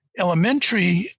elementary